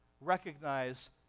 recognize